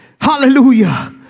Hallelujah